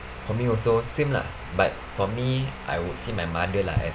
for me also same lah but for me I would see my mother lah as